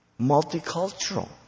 Multicultural